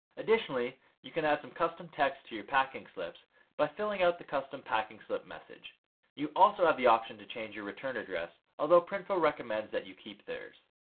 additionally you can add some custom text to your packing slips by filling out the custom packing slip message you also have the option to change your return address, although printful recommends that you keep their